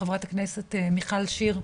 חברת הכנסת מיכל שיר,